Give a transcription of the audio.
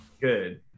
Good